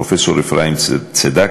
פרופסור אפרים צדקה,